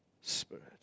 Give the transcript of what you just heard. Spirit